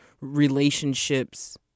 relationships